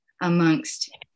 amongst